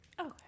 Okay